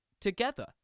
together